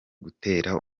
gutera